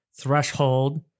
Threshold